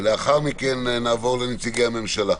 לאחר מכן נעבור לנציגי הממשלה.